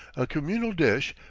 a communal dish,